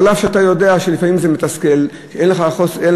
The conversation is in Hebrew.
אף-על-פי שאתה יודע שלפעמים זה מתסכל שאין לך יכולת.